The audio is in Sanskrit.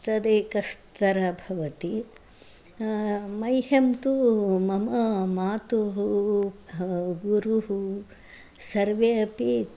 तदेकस्तरः भवति मह्यं तु मम मातुः गुरुः सर्वे अपि